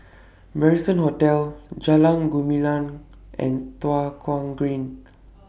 Marrison Hotel Jalan Gumilang and Tua Kong Green